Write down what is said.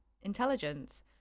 intelligence